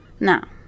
Now